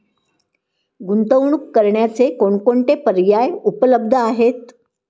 गुंतवणूक करण्याचे कोणकोणते पर्याय उपलब्ध आहेत?